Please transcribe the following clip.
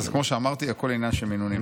אז כמו שאמרתי, הכול עניין של מינונים.